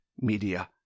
Media